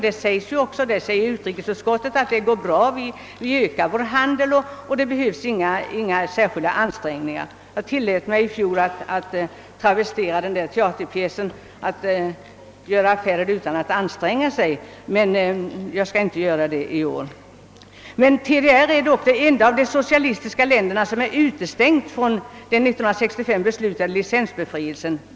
Utrikesutskot tet säger också att vi ökar vår handel med TDR och att det inte behövs några särskilda ansträngningar för det. Jag tillät mig i fjol att anknyta till titeln på musikalen »Hur man lyckas i affärer utan att egentligen anstränga sig», men jag skall avstå från det i år. TDR är det enda av de socialistiska länderna som är utestängt från de 1965 beslutade <licensbefrielserna.